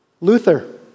Luther